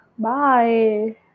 Bye